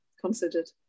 considered